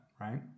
right